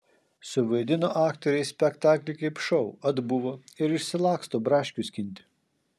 suvaidino aktoriai spektaklį kaip šou atbuvo ir išsilaksto braškių skinti